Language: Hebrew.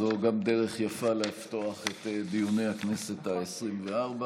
זו גם דרך יפה לפתוח את דיוני הכנסת העשרים-וארבע.